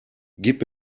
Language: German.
gib